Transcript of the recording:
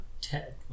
Ted